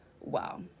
wow